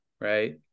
right